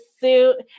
suit